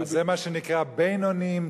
זה מה שנקרא: בינוניים,